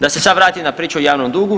Da se sad vratim na priču o javnom dugu.